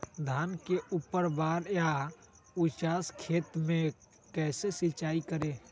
धान के ऊपरवार या उचास खेत मे कैसे सिंचाई करें?